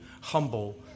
humble